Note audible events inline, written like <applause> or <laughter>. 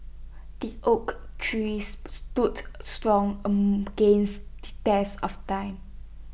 the oak tree <noise> stood strong <hesitation> against the test of time